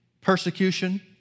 persecution